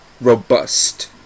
Robust